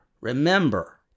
Remember